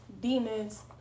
demons